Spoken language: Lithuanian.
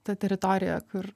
ta teritorija kur